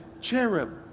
cherub